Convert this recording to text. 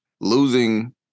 losing